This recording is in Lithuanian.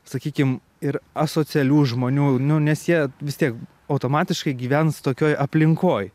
sakykim ir asocialių žmonių nu nes jie vis tiek automatiškai gyvens tokioj aplinkoj